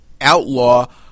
outlaw